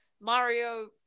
Mario